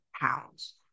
pounds